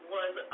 one